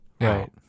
Right